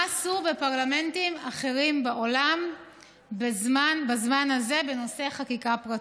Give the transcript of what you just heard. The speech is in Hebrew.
מה עשו בפרלמנטים אחרים בעולם בזמן הזה בחקיקה פרטית?